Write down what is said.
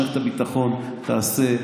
מערכת הביטחון תעשה.